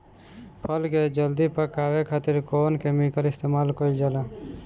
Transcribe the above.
फल के जल्दी पकावे खातिर कौन केमिकल इस्तेमाल कईल जाला?